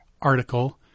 article